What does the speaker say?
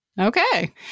Okay